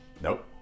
Nope